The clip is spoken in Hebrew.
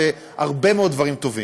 והרבה מאוד דברים טובים.